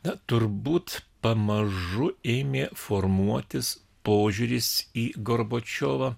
na turbūt pamažu ėmė formuotis požiūris į gorbačiovą